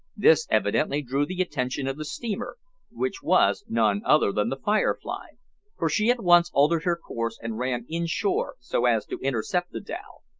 this evidently drew the attention of the steamer which was none other than the firefly for she at once altered her course and ran in-shore, so as to intercept the dhow.